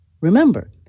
remember